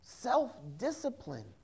Self-discipline